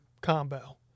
combo